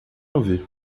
ouvir